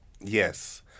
Yes